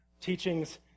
teachings